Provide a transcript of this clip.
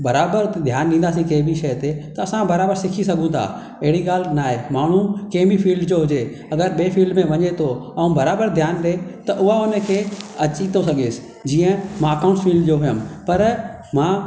बराबर ध्यान ॾींदासीं कंहिं बि शइ ते त असां बराबर सिखी सघूं था अहिड़ी ॻाल्हि नाहे माण्हू कंहिं बि फ़ील्ड जो हुजे अगर ॿिए फ़ील्ड में वञे थो ऐं बराबर ध्यान ॾिए त उहा उन खे अची थो सघेसि जीअं मां अकाउंट्स फ़ील्ड जो हुयमि पर मां